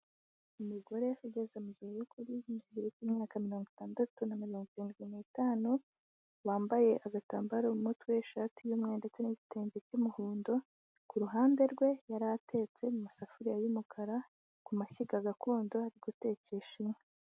Umugore ugeze mu zabukuru uri kigero k'imyaka mirongo itandatu na mirongo irindwi n'itanu, wambaye agatambaro mu mutwe, ishati y'umweru ndetse n'igitenge cy'umuhondo, ku ruhande rwe yari atetse mu isafuriya y'umukara ku mashyiga gakondo ari gutekesha inkwi.